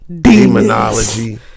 demonology